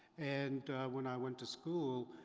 and when i went to school,